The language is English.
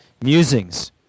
musings